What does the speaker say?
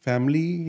Family